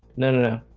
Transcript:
no, no